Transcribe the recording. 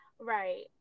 Right